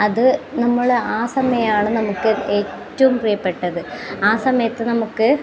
അത് നമ്മൾ ആ സമയമാണ് നമുക്ക് ഏറ്റവും പ്രിയപ്പെട്ടത് ആ സമയത്ത് നമുക്ക്